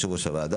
יושב ראש הוועדה,